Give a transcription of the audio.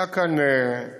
הייתה כאן פעולה